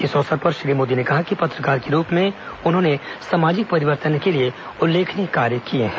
इस अवसर पर श्री मोदी ने कहा कि पत्रकार के रूप में उन्होंने सामाजिक परिवर्तन के लिए उल्लेखनीय काम किया है